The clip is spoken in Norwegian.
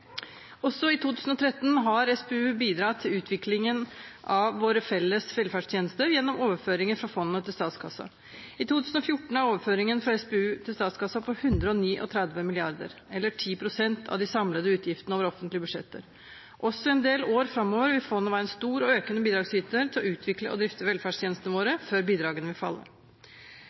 Også i 2013 har SPU bidratt til utviklingen av våre felles velferdstjenester gjennom overføringer fra fondet til statskassa. I 2014 er overføringen fra SPU til statskassa på 139 mrd. kr, eller 10 pst. av de samlede utgiftene over offentlige budsjetter. Også i en del år framover vil fondet være en stor og økende bidragsyter til å utvikle og drifte velferdstjenestene våre, før bidragene vil falle.